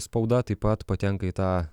spauda taip pat patenka į tą